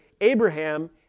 Abraham